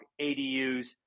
ADUs